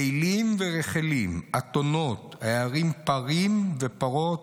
אילים ורחלים, אתונות, עיירים, פרים ופרות,